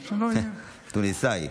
תוניסאי.